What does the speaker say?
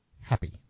happy